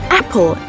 apple